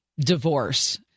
divorce